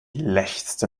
lechzte